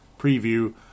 preview